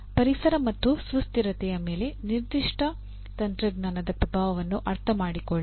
ಪರಿಸರ ಮತ್ತು ಸುಸ್ಥಿರತೆಯ ಮೇಲೆ ನಿರ್ದಿಷ್ಟ ತಂತ್ರಜ್ಞಾನದ ಪ್ರಭಾವವನ್ನು ಅರ್ಥಮಾಡಿಕೊಳ್ಳಿ